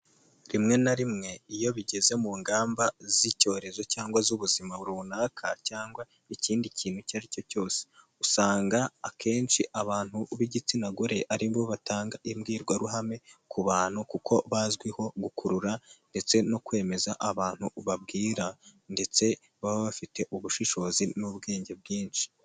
Rimwe na rimwe iyo bigeze mu ngamba z'icyorezo cyangwa iz'ubuzima runaka cyangwa ikindi kintu icyo ari cyo cyose usanga akenshi abantu b'igitsina gore aribo batanga imbwirwaruhame ku bantu kuko bazwiho gukurura ndetse no kwemeza abantu babwira ndetse baba bafite ubushishozi n'ubwenge bwinshi.